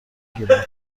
گیرم